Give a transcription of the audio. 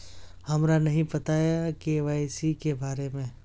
हमरा नहीं पता के.वाई.सी के बारे में?